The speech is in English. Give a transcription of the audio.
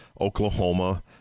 Oklahoma